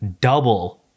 double